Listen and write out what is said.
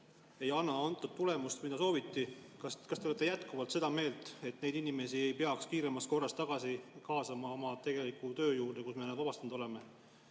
ei anna seda tulemust, mida sooviti. Kas te olete jätkuvalt seda meelt, et neid inimesi ei peaks kiiremas korras tagasi kaasama oma tegeliku töö juurde, kust me nad vabastanud oleme?